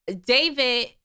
David